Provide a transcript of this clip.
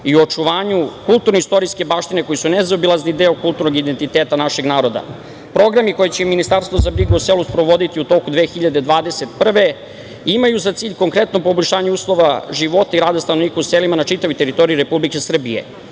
i očuvanju kulturnpo-istorijske baštine, koji su nezaobilazni deo kulturnog identiteta našeg naroda. Programi koje će Ministarstvo za brigu o selu sprovoditi u toku 2021. godine imaju za cilj konkretno poboljšanju uslova života i rada stanovnika u selima na čitavoj teritoriji Republike Srbije,